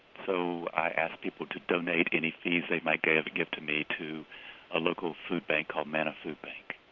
so i ask people to donate any fees they might give to give to me to a local food bank called manna foodbank.